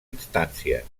instàncies